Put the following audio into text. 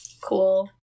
cool